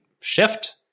shift